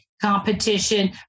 competition